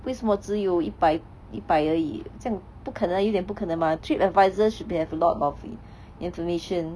为什么只有一百一百而已这样不可能啊有一点不可能吗 Tripadvisor should be have a lot of information